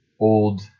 old